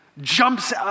jumps